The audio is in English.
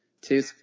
two